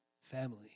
family